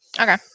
Okay